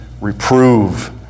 reprove